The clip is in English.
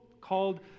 called